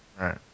Right